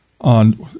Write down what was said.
on